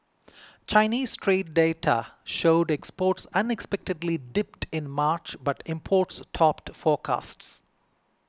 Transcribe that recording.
Chinese trade data showed exports unexpectedly dipped in March but imports topped forecasts